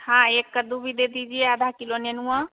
हाँ एक कद्दू भी दे दीजिए आधा किलो नेनुआ